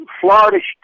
Florida